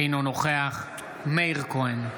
אינו נוכח מאיר כהן,